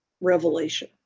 revelation